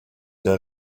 der